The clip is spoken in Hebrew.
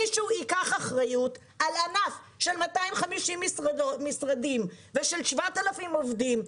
שמישהו ייקח אחריות על ענף של 250 משרדים ושל 7,000 עובדים,